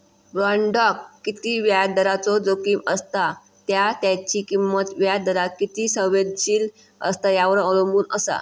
बॉण्डाक किती व्याजदराचो जोखीम असता त्या त्याची किंमत व्याजदराक किती संवेदनशील असता यावर अवलंबून असा